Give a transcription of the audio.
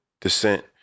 descent